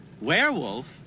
Werewolf